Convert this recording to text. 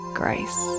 grace